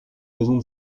raisons